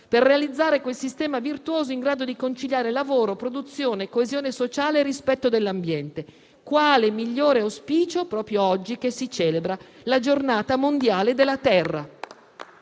per realizzare quel sistema virtuoso in grado di conciliare lavoro, produzione, coesione sociale e rispetto dell'ambiente. Quale migliore auspicio, proprio oggi che si celebra la Giornata mondiale della Terra?